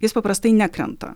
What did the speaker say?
jis paprastai nekrenta